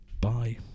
Bye